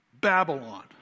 Babylon